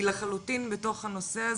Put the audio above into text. היא לחלוטין בתוך הנושא הזה,